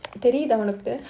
தெரிதா உனக்கு:therithaa unakku